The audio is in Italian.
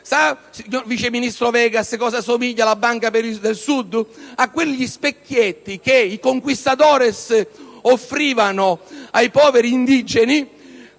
Sa, signor vice ministro Vegas, a cosa somiglia la Banca per il Sud? A quegli specchietti che i *Conquistadores* offrivano ai poveri indigeni